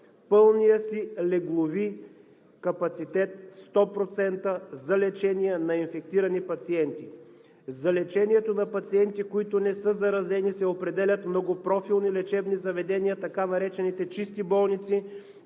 пълния си леглови капацитет 100% за лечение на инфектирани пациенти. За лечението на пациенти, които не са заразени се определят многопрофилни лечебни заведения, така наречените чисти болници.